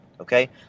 okay